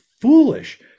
foolish